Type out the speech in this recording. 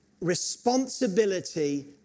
responsibility